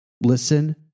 Listen